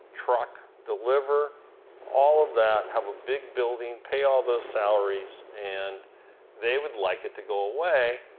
truck, deliver all of that, have a big building, pay all those salaries, and they would like it to go away.